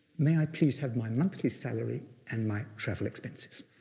may i please have my monthly salary and my travel expenses?